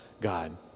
God